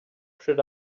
should